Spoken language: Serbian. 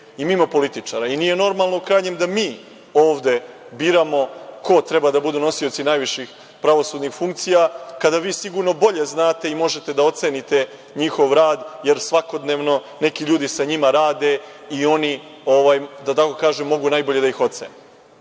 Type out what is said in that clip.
i mimo političara, i nije normalno u krajnjem da mi ovde biramo ko treba da bude nosioc najviših pravosudnih funkcija, kada vi sigurno bolje znate i možete da ocenite njihov rad, jer svakodnevno neki ljudi sa njima rade i oni, da tako kažem, mogu najbolje da ih ocene.I,